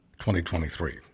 2023